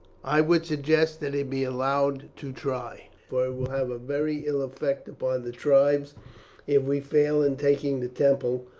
i would suggest that he be allowed to try, for it will have a very ill effect upon the tribes if we fail in taking the temple,